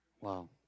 wow